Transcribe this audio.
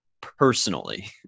personally